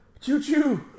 Choo-choo